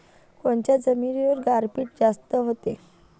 कोनच्या जमिनीवर गारपीट जास्त व्हते?